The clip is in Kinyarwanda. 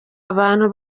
abantu